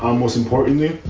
um most importantly.